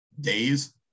days